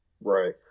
Right